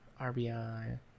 RBI